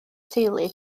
teulu